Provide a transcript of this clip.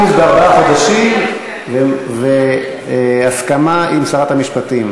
עיכוב בארבעה חודשים והסכמה עם שרת המשפטים